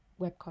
webcast